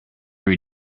only